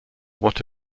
what